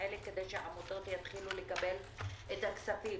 אלה כדי שהעמותות יתחילו לקבל את הכספים.